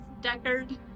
Deckard